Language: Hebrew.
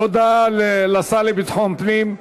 תודה לשר לביטחון פנים,